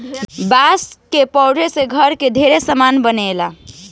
बांस के पौधा से घर के ढेरे सामान बनेला